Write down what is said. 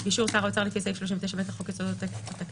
באישור שר האוצר לפי סעיף 39ב לחוק יסודות התקציב,